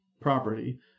property